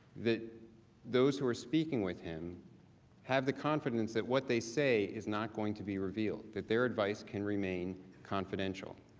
that those who are speaking with him have the confidence that what they say is not going to be revealed. that their advice can remain evidential.